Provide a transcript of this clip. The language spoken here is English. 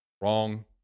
Wrong